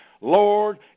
Lord